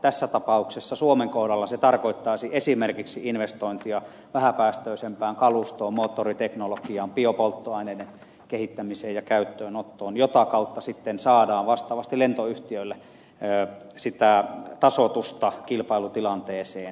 tässä tapauksessa suomen kohdalla se tarkoittaisi esimerkiksi investointia vähäpäästöisempään kalustoon moottoriteknologiaan biopolttoaineiden kehittämiseen ja käyttöönottoon jota kautta sitten saadaan vastaavasti lentoyhtiöille tasoitusta kilpailutilanteeseen